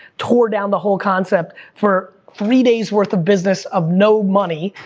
tore down the whole concept for three days worth of business, of no money,